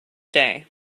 day